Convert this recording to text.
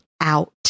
out